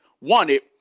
wanted